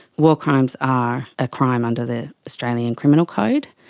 war crimes are a crime under the australian criminal code,